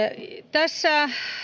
tässä